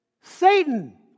Satan